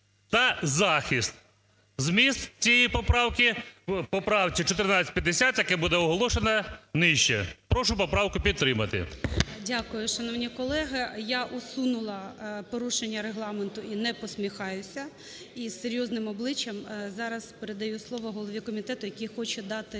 "та захист". Зміст цієї поправки в поправці 1450, який буде оголошено нижче. Прошу поправку підтримати. ГОЛОВУЮЧИЙ. Дякую, шановні колеги. Я усунула порушення Регламенту і не посміхаюся. І з серйозним обличчям зараз передаю слово голові комітету, який хоче дати